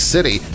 City